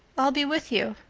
i'll be with you.